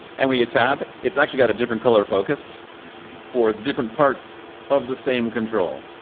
and when you tab, it's actually got a different color focus for different parts of the same control.